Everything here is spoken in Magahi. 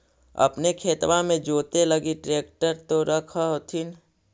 अपने खेतबा मे जोते लगी ट्रेक्टर तो रख होथिन?